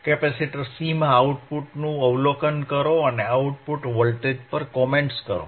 capacitor Cમાં આઉટપુટનું અવલોકન કરો અને આઉટપુટ વોલ્ટેજ પર કોમેંન્ટ્સ કરો